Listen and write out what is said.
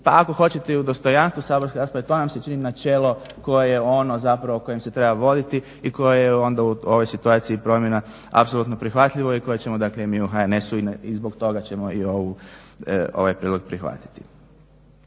pa ako hoćete i u dostojanstvu saborskog zastupnika, to nam se čini načelo ono zapravo kojim se treba voditi i koje je onda u ovoj situaciji promjena apsolutno prihvatljivo i koje ćemo dakle mi u HNS-u i zbog toga ćemo i ovaj prijedlog prihvatiti.